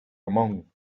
among